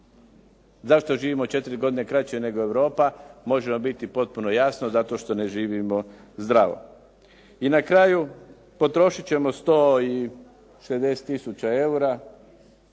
Zašto živimo 4 godine kraće nego Europa, može vam biti potpuno jasno, zato što ne živimo zdravo. I na kraju, potrošit ćemo 160 tisuća